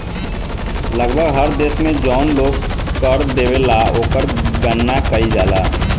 लगभग हर देश में जौन लोग कर देवेला ओकर गणना कईल जाला